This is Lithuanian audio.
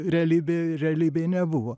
realybėj realybėj nebuvo